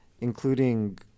including